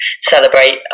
celebrate